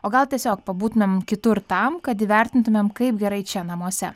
o gal tiesiog pabūtumėm kitur tam kad įvertintumėm kaip gerai čia namuose